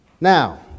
Now